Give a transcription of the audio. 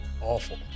awful